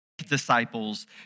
disciples